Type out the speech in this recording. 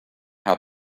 how